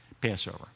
Passover